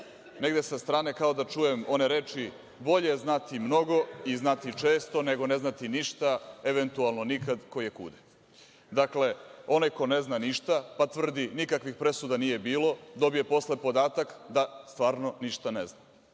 negde sa strane kao da čujem one reči – bolje znati mnogo i znati često, nego ne znati ništa, eventualno nikad, koje kuda. Dakle, onaj ko ne zna ništa, pa tvrdi da nikakvih presuda nije bilo, dobije posle podatak da stvarno ništa ne zna.